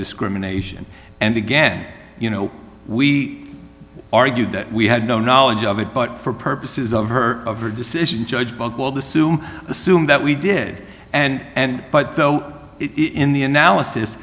discrimination and again you know we argued that we had no knowledge of it but for purposes of her of her decision judge buchwald assume assume that we did and but though it in the analysis